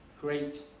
great